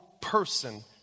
person